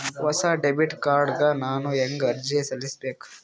ಹೊಸ debit card ಗ ನಾನು ಹೆಂಗ ಅರ್ಜಿ ಸಲ್ಲಿಸಬೇಕು?